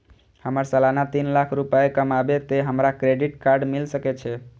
हमर सालाना तीन लाख रुपए कमाबे ते हमरा क्रेडिट कार्ड मिल सके छे?